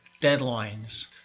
deadlines